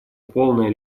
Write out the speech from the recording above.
полная